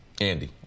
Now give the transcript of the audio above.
Andy